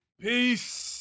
Peace